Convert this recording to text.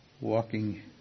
Walking